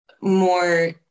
more